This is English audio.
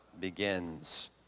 begins